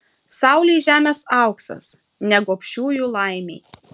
saulei žemės auksas ne gobšiųjų laimei